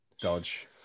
dodge